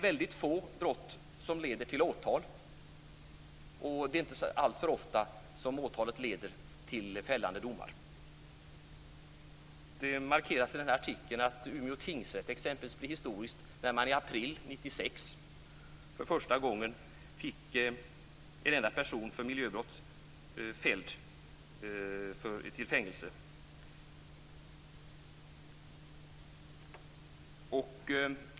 Väldigt få brott leder till åtal, och det händer inte alltför ofta att åtalet leder till fällande dom. Det markeras i artikeln att Umeå tingsrätt blev historisk när man i april 1996 för första gången fick en person fälld för miljöbrott och dömd till fängelse.